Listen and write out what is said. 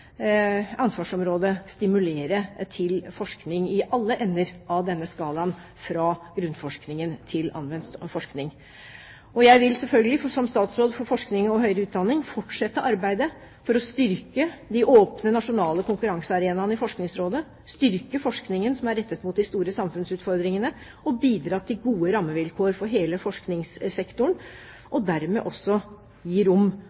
stimulere til forskning i alle ender av denne skalaen fra grunnforskning til anvendt forskning. Jeg vil selvfølgelig, som statsråd for forskning og høyere utdanning, fortsette arbeidet for å styrke de åpne nasjonale konkurransearenaene i Forskningsrådet, styrke forskningen som er rettet mot de store samfunnsutfordringene, og bidra til gode rammevilkår for hele forskningssektoren og dermed også gi rom